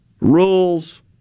rules